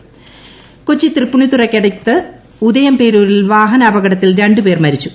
അപകടം കൊച്ചി തൃപ്പുണിത്തുറയ്ക്കടുത്ത് ഉദയംപേരൂരിൽ വാഹനാപകടത്തിൽ രണ്ട് പേർ മരിച്ചു